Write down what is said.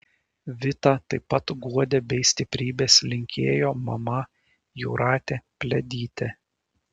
vitą taip pat guodė bei stiprybės linkėjo mama jūratė pliadytė